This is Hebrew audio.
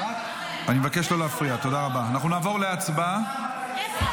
אני בטוח שאחיי באופוזיציה יתמכו בפעולה כזאת -- נכון.